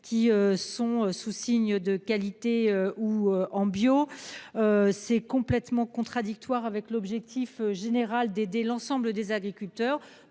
qui sont sous signe de qualité ou en bio. C'est complètement contradictoire avec l'objectif général d'aider l'ensemble des agriculteurs